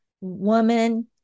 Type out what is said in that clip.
woman